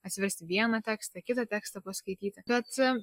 atsiversti vieną tekstą kitą tekstą paskaityti bet